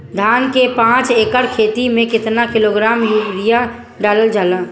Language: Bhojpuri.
धान के पाँच एकड़ खेती में केतना किलोग्राम यूरिया डालल जाला?